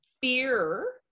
fear